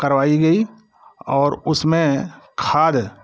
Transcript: करवाई गई और उसमें खाद